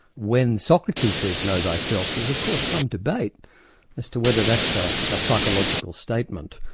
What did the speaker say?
when socrates says know thyself, there's of course some debate as to whether that's a ah psychological statement,